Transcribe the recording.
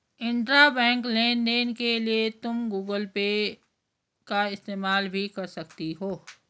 intrabank लेन देन के लिए तुम गूगल पे का इस्तेमाल भी कर सकती हो